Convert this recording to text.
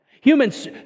Humans